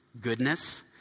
goodness